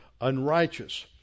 unrighteous